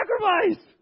sacrifice